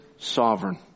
Sovereign